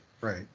Right